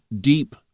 deep